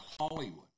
hollywood